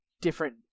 different